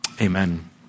amen